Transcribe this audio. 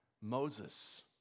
Moses